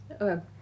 Okay